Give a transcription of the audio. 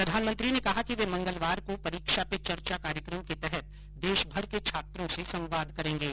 प्रधानमंत्री ने कहा कि वे मंगलवार को परीक्षा पे चर्चा कार्यक्रम के तहत देश भर के छात्रों से संवाद करेंगे